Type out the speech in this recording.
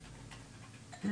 אני מתביישת,